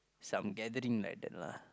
some gathering like that lah